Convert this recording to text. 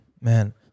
man